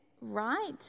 right